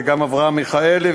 וגם אברהם מיכאלי,